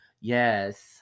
Yes